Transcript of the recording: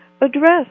address